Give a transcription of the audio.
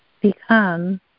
become